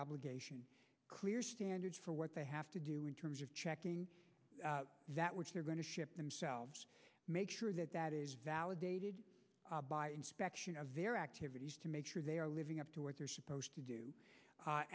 obligation clear standards for what they have to do in terms of checking that which they're going to ship themselves make sure that that is validated by inspection of their activities to make sure they are living up to what they're supposed to do